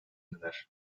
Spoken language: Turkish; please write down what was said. neler